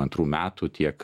antrų metų tiek